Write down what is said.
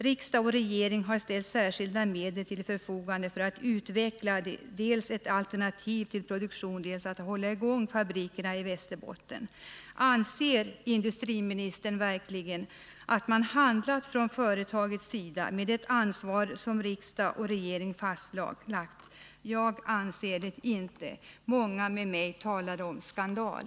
Riksdag och regering har ställt särskilda medel till förfogande för att dels utveckla ett alternativ till nuvarande produktion, dels att hålla i gång fabrikerna i Västerbotten. Anser industriministern verkligen att företaget har handlat med det ansvar som riksdag och regering fastlagt? Jag anser det inte! Många med mig talar om skandal.